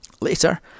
Later